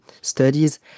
studies